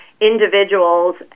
individuals